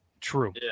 True